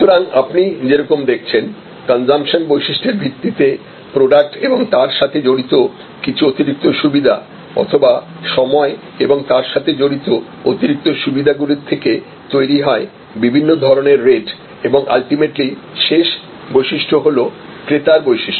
সুতরাং আপনি যেরকম দেখছেন কনজামশন বৈশিষ্ট্যের ভিত্তিতে প্রডাক্ট এবং তার সাথে জড়িত কিছু অতিরিক্ত সুবিধা অথবা সময় এবং তার সাথে জড়িত অতিরিক্ত সুবিধাগুলোর থেকে তৈরি হয় বিভিন্ন ধরনের রেট এবং আলটিমেটলি শেষ বৈশিষ্ট্য হল ক্রেতার বৈশিষ্ট্য